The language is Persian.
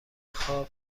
خواب